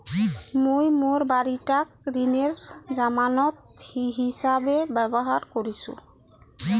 মুই মোর বাড়িটাক ঋণের জামানত হিছাবে ব্যবহার করিসু